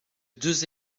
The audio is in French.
deux